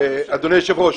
אדוני היושב ראש,